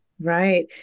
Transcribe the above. Right